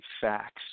facts